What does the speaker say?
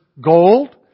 gold